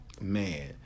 Man